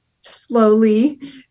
slowly